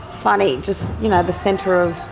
funny, just you know the centre of.